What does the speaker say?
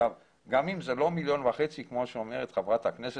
גם אם זה לא מיליון וחצי כמו שאומרת חברת הכנסת,